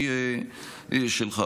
אגב, זה דבר שיטתי, זה לא עניין אישי רק שלך.